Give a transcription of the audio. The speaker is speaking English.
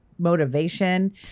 motivation